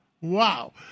Wow